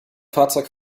fahrzeug